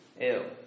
Ew